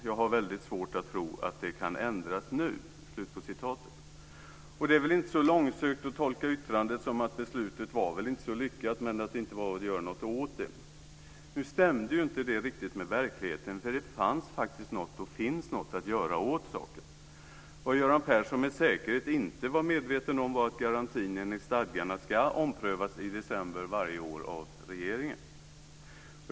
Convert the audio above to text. Jag har väldigt svårt att tro att det kan ändras nu." Det är väl inte så långsökt att tolka yttrandet som att beslutet kanske inte var så lyckat men att det inte var någonting att göra åt det. Nu stämde inte det riktigt med verkligheten, för det fanns faktiskt någonting, och finns, att göra åt saken. Vad Göran Persson med säkerhet inte var medveten om var att garantin enligt stadgarna ska omprövas i december varje år av regeringen.